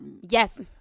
Yes